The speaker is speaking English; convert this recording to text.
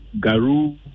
Garou